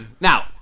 now